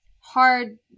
hard